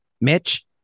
Mitch